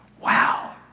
Wow